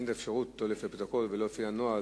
אין אפשרות, לא לפי הפרוטוקול ולא לפי הנוהל,